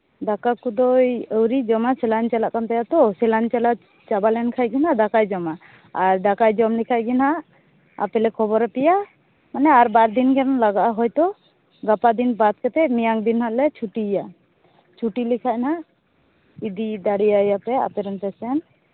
ᱫᱟᱠᱟ ᱠᱚᱫᱚ ᱟᱣᱨᱤᱭ ᱡᱚᱢᱟᱭ ᱥᱮᱞᱟᱭᱤᱱ ᱪᱟᱞᱟᱜ ᱠᱟᱱ ᱛᱟᱭᱟ ᱛᱚ ᱥᱮᱞᱟᱭᱚᱱ ᱪᱟᱞᱟᱣ ᱪᱟᱵᱟᱞᱮᱱ ᱠᱷᱟᱡ ᱜᱮ ᱦᱟᱸᱜ ᱫᱟᱠᱟᱭ ᱡᱚᱢᱟ ᱟᱨ ᱫᱟᱠᱟᱭ ᱡᱚᱢ ᱞᱮᱠᱷᱟᱱ ᱜᱮ ᱱᱟᱜ ᱟᱯᱮᱞᱮ ᱠᱷᱚᱵᱚᱨᱟᱯᱮᱭᱟ ᱢᱟᱱᱮ ᱟᱨ ᱵᱟᱨ ᱫᱤᱱ ᱜᱟᱱ ᱞᱟᱜᱟᱜᱼᱟ ᱦᱚᱭᱛᱳ ᱜᱟᱯᱟ ᱫᱤᱱ ᱵᱟᱫ ᱠᱟᱛᱮ ᱢᱤᱭᱟᱝ ᱫᱤᱱ ᱦᱟᱸᱜ ᱞᱮ ᱪᱷᱩᱴᱤᱭᱮᱭᱟ ᱪᱷᱩᱴᱤ ᱞᱮᱠᱷᱟᱡ ᱱᱟᱜ ᱤᱫᱤ ᱫᱟᱲᱮᱭᱟᱭᱟ ᱯᱮ ᱟᱯᱮ ᱨᱮᱱ ᱯᱮᱥᱮᱱᱴ